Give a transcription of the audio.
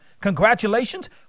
congratulations